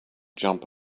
jump